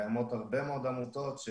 העמותות.